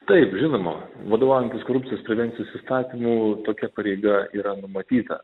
taip žinoma vadovaujantis korupcijos prevencijos įstatymu tokia pareiga yra numatyta